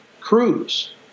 Cruz